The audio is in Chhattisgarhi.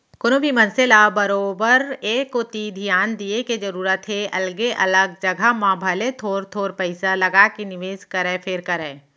कोनो भी मनसे ल बरोबर ए कोती धियान दिये के जरूरत हे अलगे अलग जघा म भले थोर थोर पइसा लगाके निवेस करय फेर करय